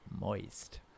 moist